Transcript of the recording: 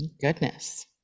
Goodness